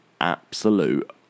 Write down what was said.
absolute